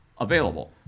available